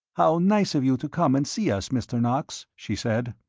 how nice of you to come and see us. mr. knox, she said.